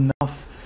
enough